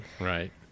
Right